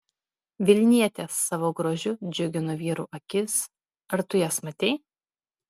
vilnietės savo grožiu džiugino vyrų akis ar tu jas matei